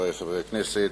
חברי חברי הכנסת,